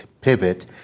pivot